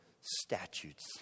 statutes